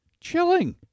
chilling